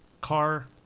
Car